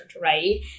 right